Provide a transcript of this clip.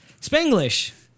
spanglish